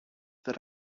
that